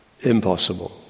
impossible